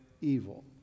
evil